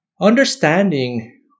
understanding